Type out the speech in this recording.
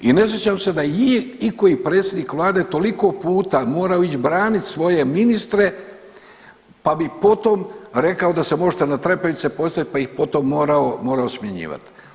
I ne sjećam se da je ikoji predsjednik vlade toliko puta morao ići branit svoje ministre pa bi potom rekao da se možete na trepavice postavit, pa ih potom morao, morao smjenjivat.